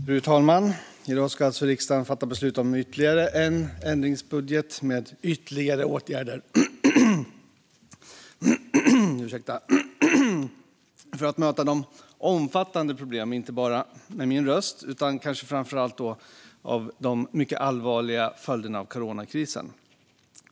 Fru talman! I dag ska alltså riksdagen fatta beslut om ytterligare en ändringsbudget med ytterligare åtgärder för att möta de mycket allvarliga följderna av coronakrisen.